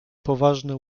poważne